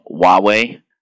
Huawei